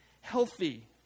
healthy